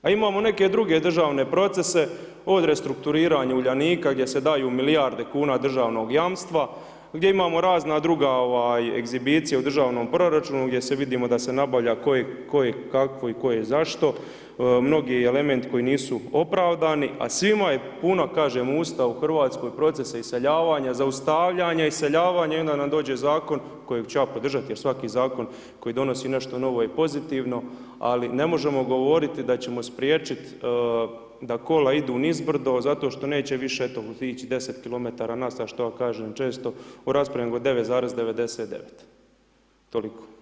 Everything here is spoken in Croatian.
A imamo neke druge državne procese, od restrukturiranja Uljanika, gdje se daju milijarde kuna državnog jamstva, gdje imamo razna druga, ovaj, egzibicije u državnom proračunu, gdje se vidimo da se nabavlja koje kakvo i koje zašto, mnogi elementi koji nisu opravdani, a svima je puna, kažem, usta u RH procesa iseljavanja, zaustavljanja, iseljavanja i onda nam dođe Zakon kojeg ću ja podržati jer svaki Zakon koji donosi nešto novo je pozitivno, ali ne možemo govoriti da ćemo spriječiti da kola idu nizbrdo zato što neće više eto ići 10 km na sat, što ja kažem često u raspravama nego 9,99, toliko.